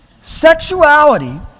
Sexuality